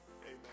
Amen